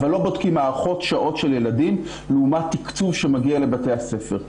אבל לא בודקים מערכות שעות של ילדים לעומת תקצוב שמגיע לבתי הספר.